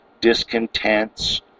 discontents